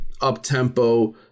up-tempo